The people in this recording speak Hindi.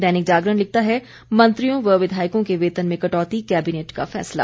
दैनिक जागरण लिखता है मंत्रियों व विधायकों के वेतन में कटौती कैबिनेट का फैसला